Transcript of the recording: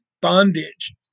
bondage